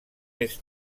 més